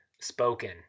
Spoken